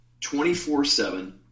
24-7